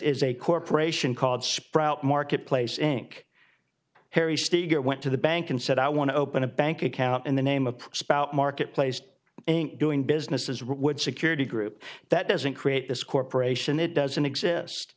is a corporation called sprout marketplace inc harry steger went to the bank and said i want to open a bank account in the name of spout marketplace inc doing business as security group that doesn't create this corporation it doesn't exist